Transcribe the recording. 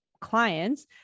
clients